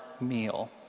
meal